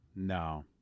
No